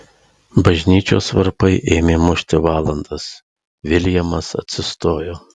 bažnyčios varpai ėmė mušti valandas viljamas atsistojo